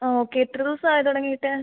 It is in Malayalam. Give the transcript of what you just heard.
ഓക്കെ എത്ര ദിവസവായി തുടങ്ങിയിട്ട്